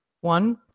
one